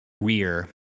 rear